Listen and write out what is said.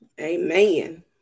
Amen